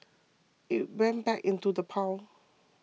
it went back into the pile